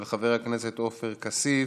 של חבר הכנסת עופר כסיף: